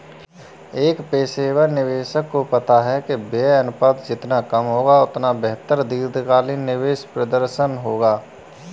एक पेशेवर निवेशक को पता है कि व्यय अनुपात जितना कम होगा, उतना बेहतर दीर्घकालिक निवेश प्रदर्शन होगा